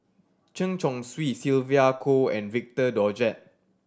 Chen Chong Swee Sylvia Kho and Victor Doggett